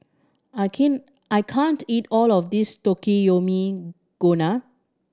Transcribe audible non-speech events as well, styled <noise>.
I <unintelligible> I can't eat all of this Takikomi Gohan